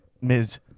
Ms